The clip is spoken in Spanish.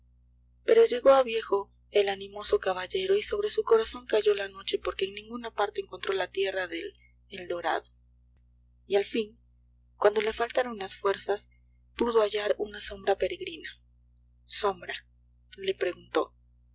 pero llegó a viejo el animoso caballero y sobre su corazón cayó la noche porque en ninguna parte encontró la tierra del eldorado y al fin cuando le faltaron las fuerzas pudo hallar una sombra peregrina sombra le preguntó